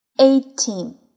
eighteen